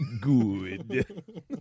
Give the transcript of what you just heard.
Good